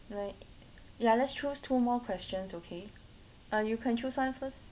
like like let's choose two more questions okay uh you can choose one first